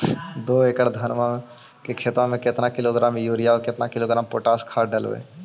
दो एकड़ धनमा के खेतबा में केतना किलोग्राम युरिया और केतना किलोग्राम पोटास खाद डलबई?